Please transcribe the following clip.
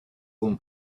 own